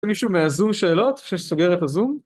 מישהו מהזום שאלות, לפני שאני סוגר את הזום?